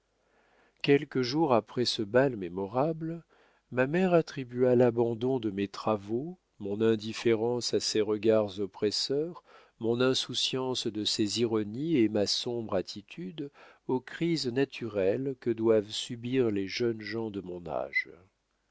quelques jours après ce bal mémorable ma mère attribua l'abandon de mes travaux mon indifférence à ses regards oppresseurs mon insouciance de ses ironies et ma sombre attitude aux crises naturelles que doivent subir les jeunes gens de mon âge